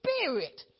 spirit